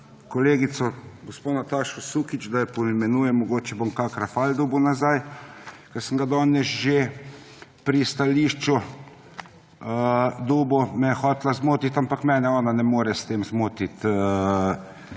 kolegico gospod Natašo Sukič, da jo poimenujem, mogoče bom kak rafal dobil nazaj, ker sem ga danes že pri stališču dobil, me je hotela zmotiti, ampak mene ona ne more s tem zmotiti,